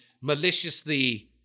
Maliciously